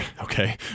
okay